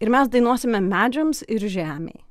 ir mes dainuosime medžiams ir žemei